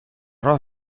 راه